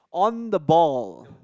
on the ball